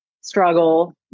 struggle